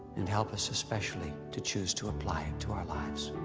and help us especially to choose to apply it to our lives,